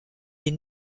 les